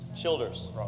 Childers